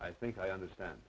i think i understand